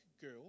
girl